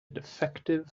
defective